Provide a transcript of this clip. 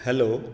hello